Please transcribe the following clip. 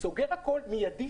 סוגר הכל מידי